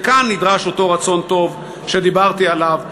כאן נדרש אותו רצון טוב שדיברתי עליו,